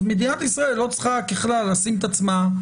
מדינת ישראל לא צריכה ככלל לשים את עצמה.